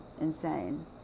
insane